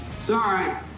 Sorry